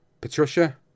Patricia